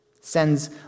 sends